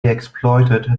exploited